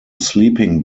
sleeping